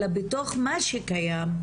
אלא בתוך מה שקיים,